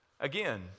Again